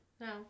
No